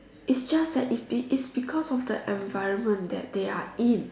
is just that is be is because of the environment that they are in